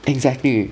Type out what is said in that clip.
exactly